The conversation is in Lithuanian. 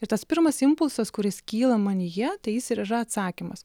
ir tas pirmas impulsas kuris kyla manyje tai jis ir yra atsakymas